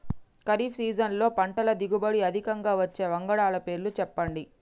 ఖరీఫ్ సీజన్లో పంటల దిగుబడి అధికంగా వచ్చే వంగడాల పేర్లు చెప్పండి?